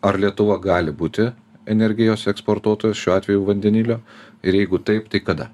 ar lietuva gali būti energijos eksportuotojas šiuo atveju vandenilio ir jeigu taip tai kada